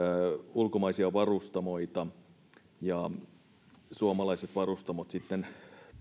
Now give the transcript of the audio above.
ulkomaisia varustamoita ja suomalaiset varustamot